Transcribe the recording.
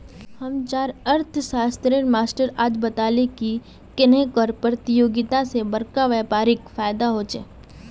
हम्चार अर्थ्शाश्त्रेर मास्टर आज बताले की कन्नेह कर परतियोगिता से बड़का व्यापारीक फायेदा होचे